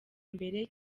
mbere